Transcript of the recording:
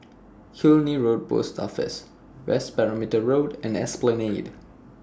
Killiney Road Post Office West Perimeter Road and Esplanade